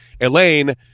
Elaine